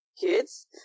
kids